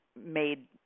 made